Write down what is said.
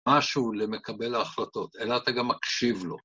משהו למקבל ההחלטות, אלא אתה גם מקשיב לו.